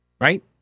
Right